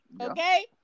Okay